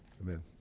Amen